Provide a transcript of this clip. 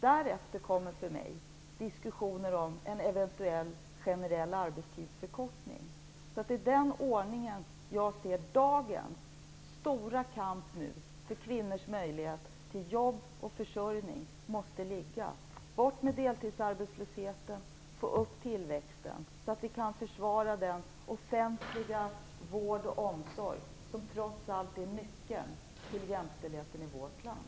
Därefter kommer för mig diskussioner om en eventuell generell arbetstidsförkortning. Det är den ordningen jag ser när det gäller dagens stora kamp för kvinnors möjligheter till jobb och försörjning. Bort alltså med deltidsarbetslösheten och upp med tillväxten, så att vi kan försvara den offentliga vård och omsorg som trots allt är nyckeln till jämställdheten i vårt land.